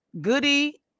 Goody